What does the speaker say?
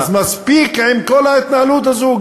אז מספיק עם כל ההתנהלות הזאת,